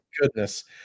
Goodness